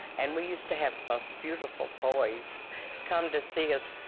and we used to have the most beautiful boys come to see us,